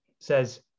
says